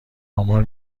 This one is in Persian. آمار